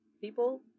people